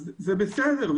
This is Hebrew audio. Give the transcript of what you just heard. זה בסדר.